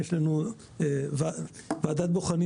יש לנו ועדת בוחנים